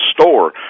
store